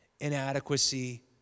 inadequacy